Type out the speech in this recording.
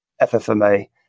FFMA